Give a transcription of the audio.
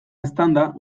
eztanda